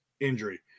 injury